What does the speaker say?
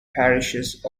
parishes